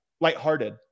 lighthearted